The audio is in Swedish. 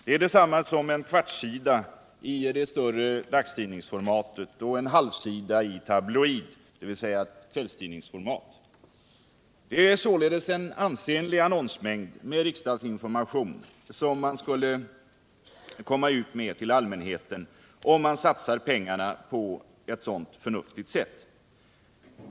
Det är detsamma som en kvartssida i det större dagstidningsformatet och en halvsida i tabloid, dvs. kvällstidningsformat. En ansenlig aanonsmängd med riksdagsinformation heten Riksdagsinformation till allmänheten skulle således kunna gå ut till allmänheten, om man satsade pengarna på ett sådant förnuftigt sätt.